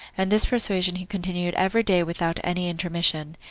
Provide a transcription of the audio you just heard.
and this persuasion he continued every day without any intermission.